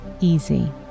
easy